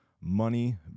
money